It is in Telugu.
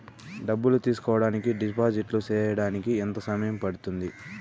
డబ్బులు తీసుకోడానికి డిపాజిట్లు సేయడానికి ఎంత సమయం పడ్తుంది